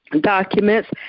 documents